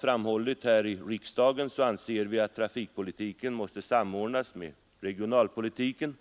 framhållit här i riksdagen anser vi att trafikpolitiken måste samordnas med regionalpolitiken.